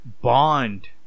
bond